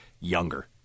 younger